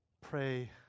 Pray